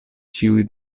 ĉiuj